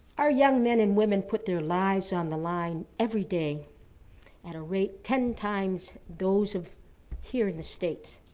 our young men and women put their lives on the line every day at a rate ten times those of here in the states.